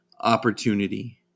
opportunity